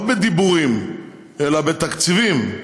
לא בדיבורים אלא בתקציבים,